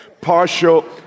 Partial